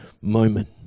moment